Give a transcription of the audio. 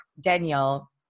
daniel